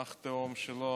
האח התאום שלו,